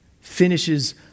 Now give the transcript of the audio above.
finishes